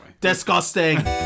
disgusting